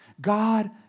God